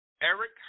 Eric